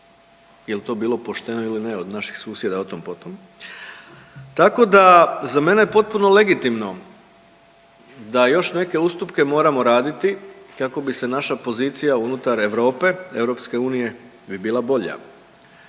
jel to bilo pošteno ili ne od naših susjeda otom-potom, tako da za mene je potpuno legitimno da još neke ustupke moramo raditi kako bi se naša pozicija unutar Europe, EU, bi bila bolja.